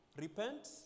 repent